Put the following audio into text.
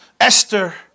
Esther